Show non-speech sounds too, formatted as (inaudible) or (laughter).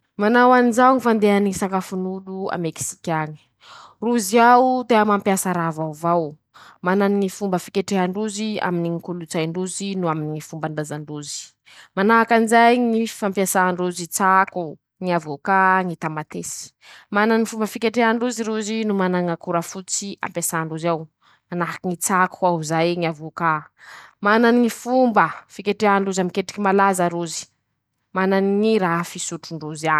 Manao anizao ñy fandehany ñy (shushes) sakafon'olo a Meksiky añy: -Rozy ao tea mampiasa raha vaovao; (shushes) manany ñy fomba fiketrehan-drozy aminy ñy kolotsain-drozy no aminy ñy fomban-drazan-drozy; (shushes) manahaky anizay ñy fampiasan-drozy tsako ,ñy avôcat ,ñy tamatesy; (shushes) manany ñy fomba fiketrehan-drozy rozy ro mana ñ'akora fototsy ampiasan-drozy ao ,manahaky ñy tsako hoaho zay ,ñy avôcat; (shushes) manany ñy fomba fiketrehan-drozy aminy ñy ketriky malaza rozy ,manany ñy raha fisotron-drozy añy.